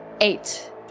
Eight